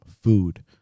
food